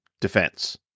defense